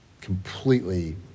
completely